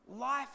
Life